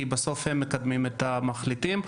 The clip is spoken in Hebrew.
כי בסוף הם מקדמים את המחליטים.